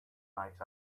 night